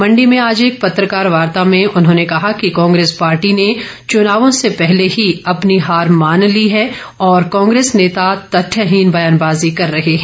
मंडी में आज एक पत्रकार वार्ता में उन्होंने कहा कि कांग्रेस पार्टी ने चुनावों से पहले ही अपनी हार मान ली है और कांग्रेस नेता तथ्यहीन व्यानबाजी कर रहे है